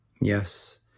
Yes